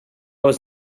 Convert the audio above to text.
was